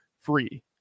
free